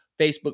Facebook